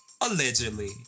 allegedly